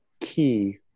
key